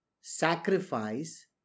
sacrifice